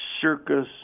circus